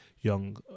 young